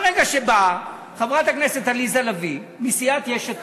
ברגע שבאה חברת הכנסת עליזה לביא מסיעת יש עתיד,